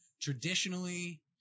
traditionally